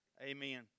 Amen